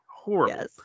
Horrible